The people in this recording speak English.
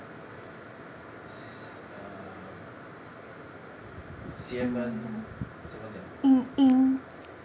err 邪门怎么讲